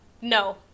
no